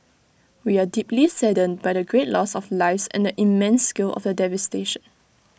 we are deeply saddened by the great loss of lives and the immense scale of the devastation